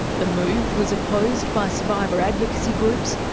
the move was opposed by survivor advocacy groups,